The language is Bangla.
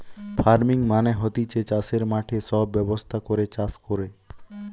ফার্মিং মানে হতিছে চাষের মাঠে সব ব্যবস্থা করে চাষ কোরে